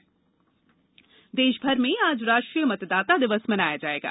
राष्ट्रीय मतदाता दिवस देश भर में आज राष्ट्रीय मतदाता दिवस मनाया जाएगा